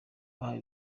bahawe